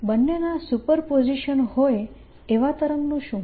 બંનેના સુપરપોઝીશન હોય એવા તરંગનું શું